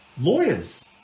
lawyers